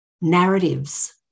narratives